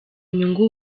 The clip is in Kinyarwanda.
nyungu